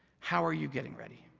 how are you getting ready?